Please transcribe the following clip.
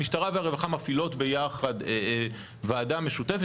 המשטרה והרווחה מפעילות ביחד ועדה משותפת,